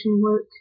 work